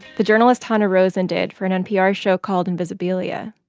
the journalist hanna rosin did for an npr show called invisibilia.